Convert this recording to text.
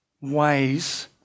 ways